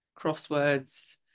crosswords